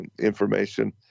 information